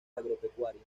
agropecuaria